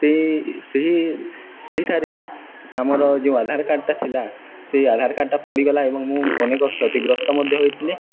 ସେଇ ସେହି ସେହିଠାରେ ହିଁ ଆମର ଯେଉଁ ଆଧାର କାର୍ଡ଼ଟା ଥିଲା ସେଇ ଆଧାର କାର୍ଡ଼ଟା ପଡ଼ିଗଲା ଏବଂ ମୁଁ ଅନେକ କ୍ଷତିଗ୍ରସ୍ତ ମଧ୍ୟ ହୋଇଥିଲି